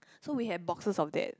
so we had boxes of that